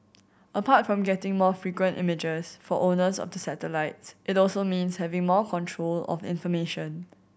apart from getting more frequent images for owners of the satellites it also means having more control of information